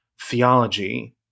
theology